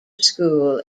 school